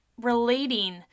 relating